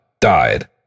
died